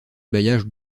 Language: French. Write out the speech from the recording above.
bailliage